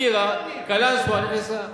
טירה, קלנסואה נכנסה.